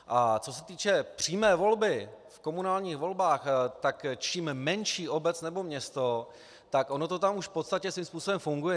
A co se týče přímé volby v komunálních volbách, tak čím menší obec nebo město, tak ono to tam už v podstatě svým způsobem funguje.